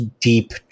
deep